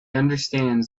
understands